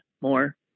more